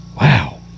Wow